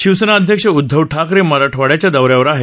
शिवसेना अध्यक्ष उद्दव ठाकरे मराठवाड़याच्या दौऱ्यावर आहेत